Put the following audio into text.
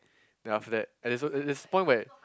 then after that at this at this point where